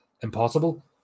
impossible